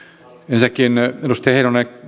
ensinnäkin edustaja heinonen